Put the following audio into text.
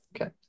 okay